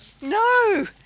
No